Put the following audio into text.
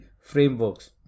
frameworks